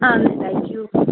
ആ thank you